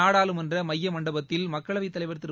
நாடாளுமன்ற மைய மண்டபத்தில் மக்களைவத் தலைவர் திரு